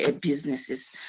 businesses